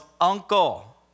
uncle